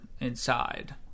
inside